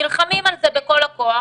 נלחמים על זה בכל הכוח,